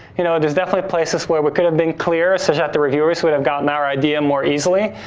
you know, there's definitely places where we could've been clearer such that the reviewers would've gotten our idea more easily,